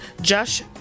Josh